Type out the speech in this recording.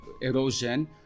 erosion